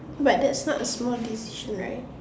but that's not a small decision right